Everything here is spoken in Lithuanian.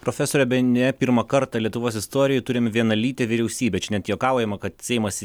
profesore bene pirmą kartą lietuvos istorijoj turim vienalytę vyriausybę čia net juokaujama kad seimas